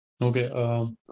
okay